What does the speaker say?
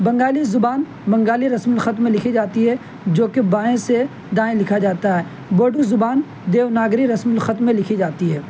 بنگالی زبان بنگالی رسم الخط میں لکھی جاتی ہے جو کہ بائیں سے دائیں لکھا جاتا ہے بوڈو زبان دیوناگری رسم الخط میں لکھی جاتی ہے